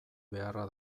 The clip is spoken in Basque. beharra